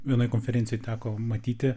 vienoj konferencijoj teko matyti